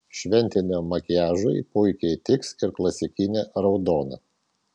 šventiniam makiažui puikiai tiks ir klasikinė raudona